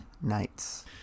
nights